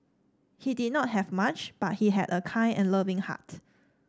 he did not have much but he had a kind and loving heart